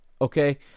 okay